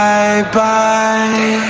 Bye-bye